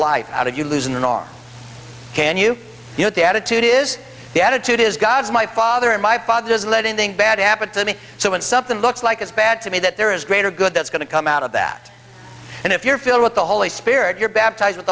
life out of you losing the nor can you you know the attitude is the attitude is god's my father and my father doesn't let anything bad happen to me so when something looks like it's bad to me that there is greater good that's going to come out of that and if you're filled with the holy spirit you're baptized with